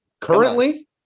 Currently